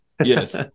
Yes